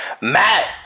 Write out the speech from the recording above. Matt